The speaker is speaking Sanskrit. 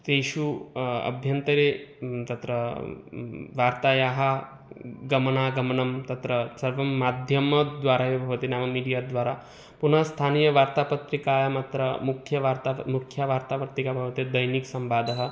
तेषु अभ्यन्तरे तत्र वार्तायाः गमनागमनं तत्र सर्वं माध्यमद्वारा एव भवति नाम मीडिया द्वारा पुनः स्थानीयवार्तापत्रिकायामत्र मुख्यवार्ता मुख्यवार्तापत्रिका भवति दैनिकसंवादः